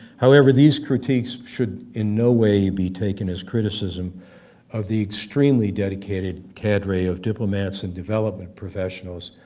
however these critiques should in no way be taken as criticism of the extremely dedicated cadre of diplomats and development professionals,